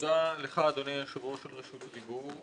תודה לך, אדוני היושב ראש, על רשות הדיבור.